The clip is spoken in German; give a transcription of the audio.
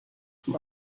zum